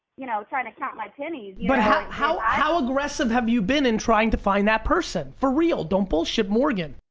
you know trying to count my pennies. but how how aggressive have you been in trying to find that person? for real, don't bullshit morgan.